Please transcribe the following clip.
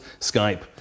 Skype